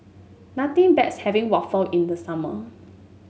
nothing beats having waffle in the summer